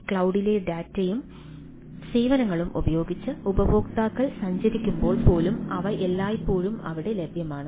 ക്ലൌഡിലെ ഡാറ്റയും സേവനങ്ങളും ഉപയോഗിച്ച് ഉപയോക്താക്കൾ സഞ്ചരിക്കുമ്പോൾ പോലും അവ എല്ലായ്പ്പോഴും അവിടെ ലഭ്യമാണ്